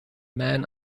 man